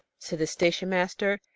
said the station-master.